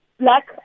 black